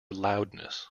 loudness